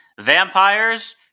vampires